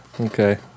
Okay